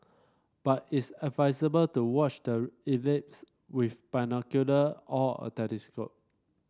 but it's advisable to watch the with binocular or a telescope